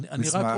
מסמך,